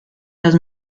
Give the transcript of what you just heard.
las